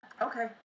okay